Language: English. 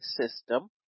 system